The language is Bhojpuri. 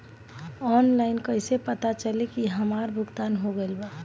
ऑनलाइन कईसे पता चली की हमार भुगतान हो गईल बा?